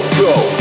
go